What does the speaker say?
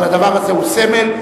אבל הדבר הזה הוא סמל.